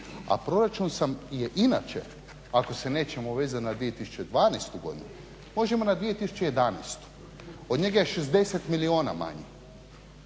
A proračun je inače ako se nećemo vezat na 2012. godinu možemo na 2011. Od njega je 60 milijuna manje.